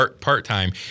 part-time